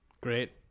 Great